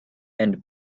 and